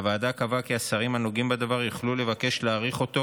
והוועדה קבעה כי השרים הנוגעים בדבר יוכלו לבקש להאריך אותו,